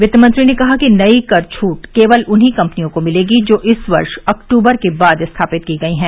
वित्त मंत्री ने कहा कि नई कर छूट केवल उन्ही कम्पनियों को मिलेगी जो इस वर्ष अक्टूबर के बाद स्थापित की गयी है